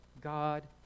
God